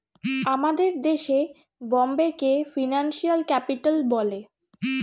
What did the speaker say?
আমাদের দেশে বোম্বেকে ফিনান্সিয়াল ক্যাপিটাল বলে